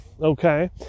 Okay